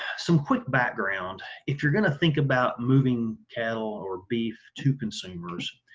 some quick background if you're gonna think about moving cattle or beef to consumers,